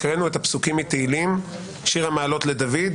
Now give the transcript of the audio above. הקראנו את הפסוקים מתהילים: שיר המעלות לדוד,